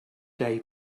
day